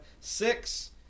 Six